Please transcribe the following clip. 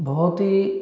बहुत ही